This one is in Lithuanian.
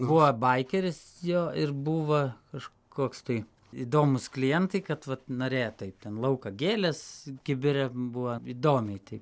buvo baikeris jo ir buva kažkoks tai įdomūs klientai kad vat narėje taip ten lauka gėles kibire buva įdomiai tei